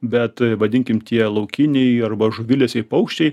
bet vadinkim tie laukiniai arba žuvilesiai paukščiai